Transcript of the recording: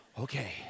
Okay